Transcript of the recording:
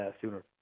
sooner